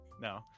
No